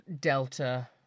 delta